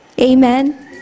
Amen